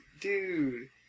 dude